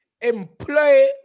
Employ